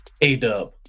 A-Dub